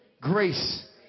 Grace